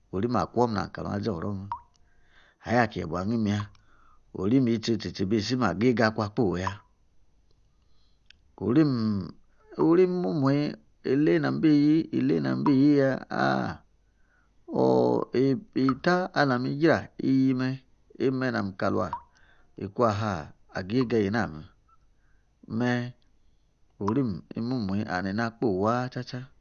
orim akwum ali mi kalam aȝi oro me ayo kie yebwor a miya. orim yitsi tsi-tsi be sim agiaga akun akpoi ya orim. orim imu mu wii ile namm abi yi?ile namm abi yi ya? eta ala mi ijra eni me nam kalwa yikwu-aha agiaga ena mme orim i-mumuyi and na kpoi waa tsa-tsa